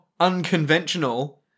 Unconventional